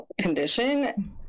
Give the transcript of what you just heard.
condition